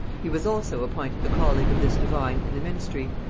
he was also appointed the colleague of this divine in the ministry,